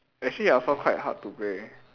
actually yasuo quite hard to play